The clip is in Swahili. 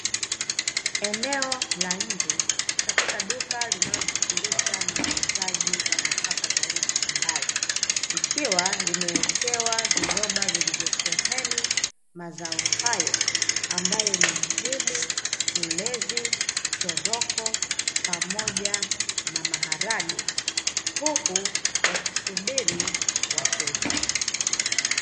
Eneo la nje katika duka linaloshughulisha na uuzaji wa nafaka za aina mbalimbali; ikiwa limewekewa viroba vilivyosheheni mazao hayo ambayo ni mahindi, ulezi, choroko pamoja na maharage huku yakisubiri wateja.